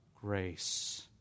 grace